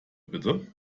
bitte